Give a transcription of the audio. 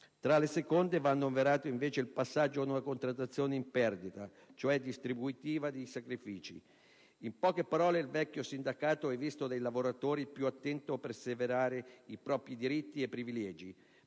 Tra le seconde cause va annoverato, invece, il passaggio ad una contrattazione "in perdita", cioè distributiva di sacrifici. In poche parole, il vecchio sindacato è visto dai lavoratori più attento a preservare i propri diritti e privilegi,